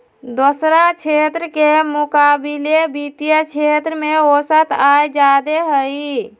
दोसरा क्षेत्र के मुकाबिले वित्तीय क्षेत्र में औसत आय जादे हई